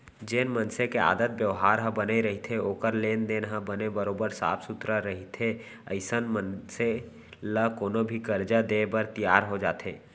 जेन मनसे के आदत बेवहार ह बने रहिथे ओखर लेन देन ह बने बरोबर साफ सुथरा रहिथे अइसन मनखे ल कोनो भी करजा देय बर तियार हो जाथे